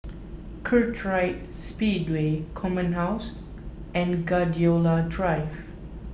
Kartright Speedway Command House and Gladiola Drive